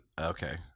Okay